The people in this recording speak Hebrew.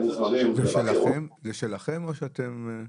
זה שלכם או שאתם,